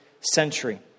century